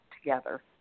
together